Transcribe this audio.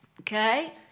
Okay